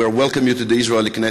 we welcome you to the Israeli Knesset.